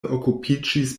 okupiĝis